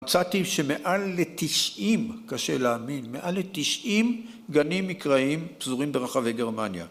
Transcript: מצאתי שמעל לתשעים - קשה להאמין - מעל לתשעים גנים מקראיים פזורים ברחבי גרמניה.